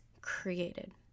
created